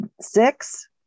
Six